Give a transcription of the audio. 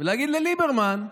ולהגיד לליברמן: